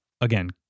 again